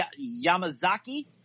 Yamazaki